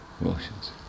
emotions